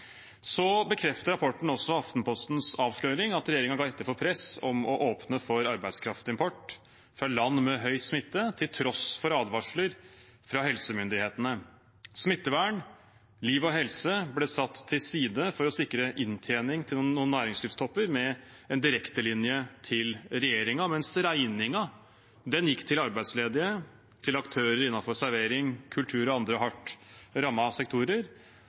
Rapporten bekrefter Aftenpostens avsløring, at regjeringen ga etter for press om å åpne for arbeidskraftimport fra land med høy smitte, til tross for advarsler fra helsemyndighetene. Smittevern, liv og helse ble satt til side for å sikre inntjening til noen næringslivstopper med en direktelinje til regjeringen, mens regningen gikk til arbeidsledige og til aktører innenfor servering, kultur og andre hardt rammede sektorer,